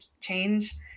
change